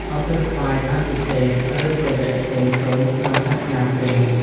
ឧទ្ទិសថ្វាយអាទិទេព ឬទេវៈផ្សេងៗក្នុងសាសនាព្រាហ្មណ៍។